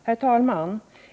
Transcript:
Herr talman!